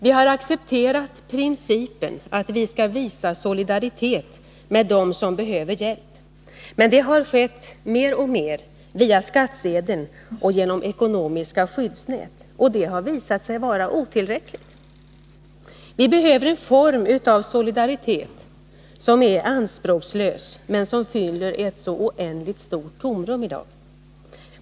Vi har accepterat principen att vi skall visa solidaritet med dem som behöver hjälp. Men det har skett mer och mer via skattsedeln och genom ekonomiska skyddsnät. Och det har visat sig vara otillräckligt. Vi behöver en form av solidaritet som är anspråkslös men som fyller ett oändligt stort tomrum i dag.